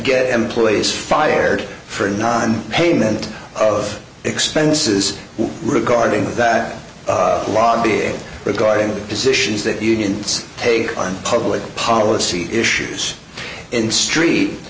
get employees fired for non payment of expenses regarding that lobbying regarding the positions that unions take on public policy issues in street